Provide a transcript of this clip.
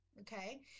okay